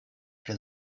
pri